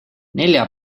nelja